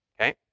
okay